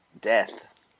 death